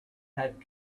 had